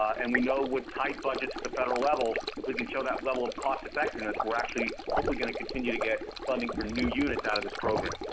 and we know with tight budgets at the federal level, if we can show that level of cost effectiveness, we're actually hopefully going to continue to get funding for new units out of this program.